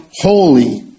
holy